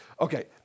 Okay